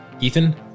Ethan